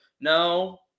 No